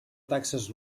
taxes